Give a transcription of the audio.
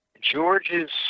George's